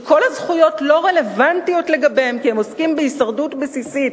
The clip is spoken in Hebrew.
שכל הזכויות לא רלוונטיות לגביהם כי הם עוסקים בהישרדות בסיסית,